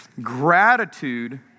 Gratitude